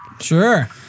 Sure